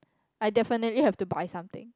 I definitely have to buy something